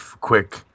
quick